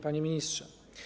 Panie Ministrze!